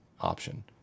option